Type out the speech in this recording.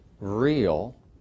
real